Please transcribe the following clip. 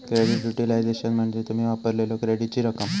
credit utilization म्हणजे तुम्ही वापरलेल्यो क्रेडिटची रक्कम